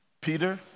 Peter